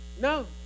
no